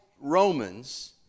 Romans